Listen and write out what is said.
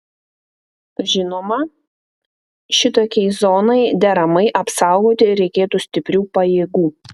žinoma šitokiai zonai deramai apsaugoti reikėtų stiprių pajėgų